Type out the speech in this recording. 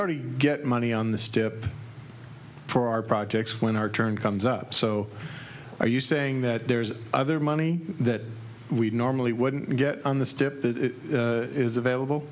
already get money on the strip for our projects when our turn comes up so are you saying that there's other money that we normally wouldn't get on the step that is available